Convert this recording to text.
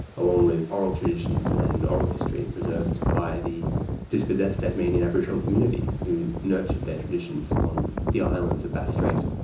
along with oral traditions and oral history, preserved by the dispossessed tasmanian aboriginal community who nurtured their traditions on the islands of bass strait.